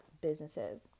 businesses